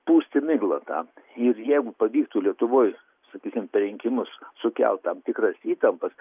pūsti miglą tą ir jeigu pavyktų lietuvoj sakysim per rinkimus sukelt tam tikras įtampas